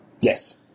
Yes